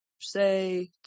say